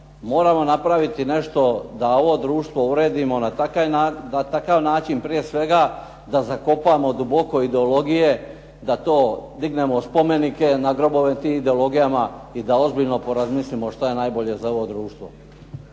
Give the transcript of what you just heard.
moramo napraviti nešto da ovo društvo uredimo na takav način prije svega da zakopamo duboko ideologije, da to dignemo spomenike na grobove tim ideologijama i da ozbiljno porazmislimo što je najbolje za ovo društvo.